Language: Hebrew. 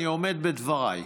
אני עומד בדבריי.